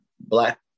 black